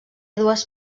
dues